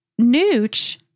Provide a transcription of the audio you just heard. nooch